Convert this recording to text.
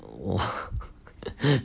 !wow!